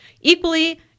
equally